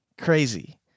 crazy